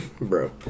bro